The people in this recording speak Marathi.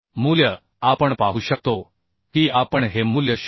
मूल्य आपण पाहू शकतो की आपण हे मूल्य 0